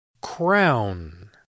Crown